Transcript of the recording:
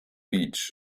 beach